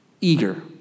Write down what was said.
eager